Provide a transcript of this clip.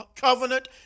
covenant